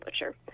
butcher